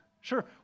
Sure